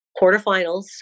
quarterfinals